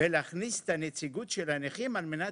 ולהכניס את הנציגות של הנכים על מנת